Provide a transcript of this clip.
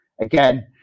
again